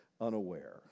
unaware